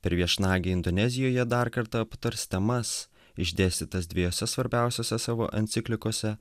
per viešnagę indonezijoje dar kartą aptars temas išdėstytas dviejose svarbiausiose savo enciklikose